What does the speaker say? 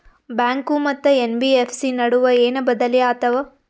Bank ಮತ್ತ NBFC ನಡುವ ಏನ ಬದಲಿ ಆತವ?